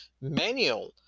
manual